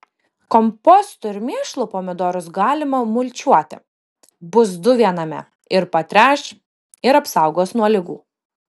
kompostu ir mėšlu pomidorus galima mulčiuoti bus du viename ir patręš ir apsaugos nuo ligų